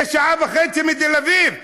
זה שעה וחצי מתל אביב.